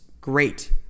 great